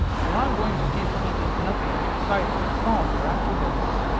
well, i'm going to see that he gets nothing but the cider and small beer after this.